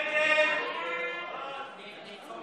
ההצעה להעביר את הצעת חוק